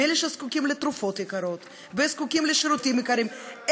מאלה שזקוקים לתרופות יקרות וזקוקים לשירותים יקרים,